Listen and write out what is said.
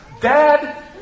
Dad